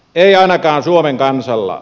ei ainakaan suomen kansalla